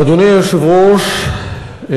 אדוני היושב-ראש,